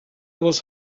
was